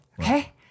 Okay